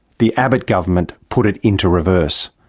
the abbott government put it into reverse.